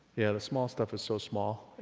yeah the small stuff is so small